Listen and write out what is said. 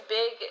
big